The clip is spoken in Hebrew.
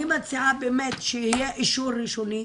אני מציעה שיהיה אישור ראשוני,